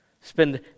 Spend